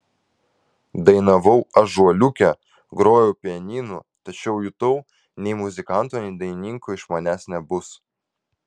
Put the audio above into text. dainavau ąžuoliuke grojau pianinu tačiau jutau nei muzikanto nei dainininko iš manęs nebus